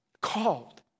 Called